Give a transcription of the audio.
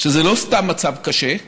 שזה לא סתם מצב קשה,